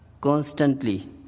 constantly